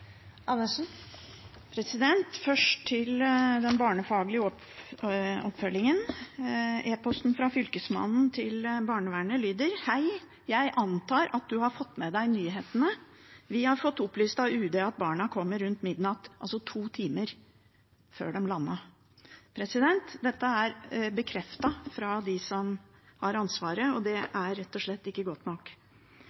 Andersen har hatt ordet to ganger tidligere og får ordet til en kort merknad, begrenset til 1 minutt. Først til den barnefaglige oppfølgingen. E-posten fra Fylkesmannen til barnevernet lyder: Hei, jeg antar at du har fått med deg nyhetene. Vi har fått opplyst av UD at barna kommer rundt midnatt. Det var altså to timer før de landet. Dette er